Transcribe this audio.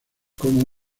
como